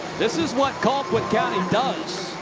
this is what colquitt county does.